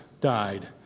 died